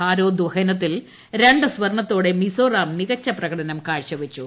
ഭാരദ്ധഹനത്തിൽ രണ്ട് സ്വർണ്ണത്തോടെ മിസോര്ട്ട് മികച്ച പ്രകടനം കാഴ്ച വെച്ചു